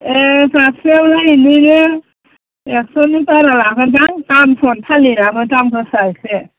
ए जाबसेयावलाय बेदिनो एकस'नि बारा लागोन्दां दामथ' थालिराबो दाम गोसा एसे